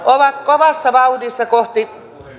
ovat kovassa vauhdissa kohti